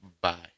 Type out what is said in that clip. Bye